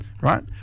right